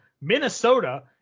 Minnesota